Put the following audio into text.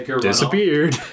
disappeared